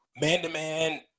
man-to-man